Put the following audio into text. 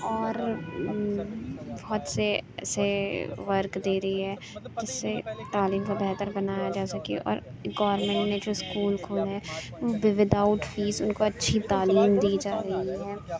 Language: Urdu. اور بہت سے ایسے ورک دے رہی ہے جس سے تعلیم کو بہتر بنایا جا سکے اور گورمنٹ نے جو اسکول کھولے ہیں ود آؤٹ فیس ان کو اچھی تعلیم دی جا رہی ہے